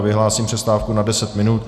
Vyhlásím přestávku na deset minut.